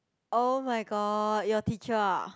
[oh]-my-god your teacher ah